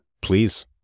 Please